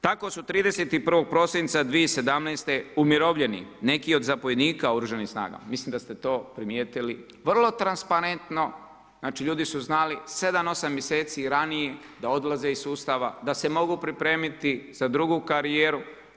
Tako su 31. prosinca 2017. umirovljeni neki od zapovjednika oružanih snaga, mislim da ste to primijetili vrlo transparentno, znači ljudi su znali sedam, osam mjeseci ranije da odlaze iz sustava, da se mogu pripremiti za drugu karijeru.